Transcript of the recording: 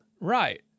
Right